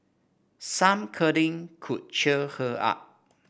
some cuddling could cheer her up